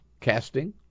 casting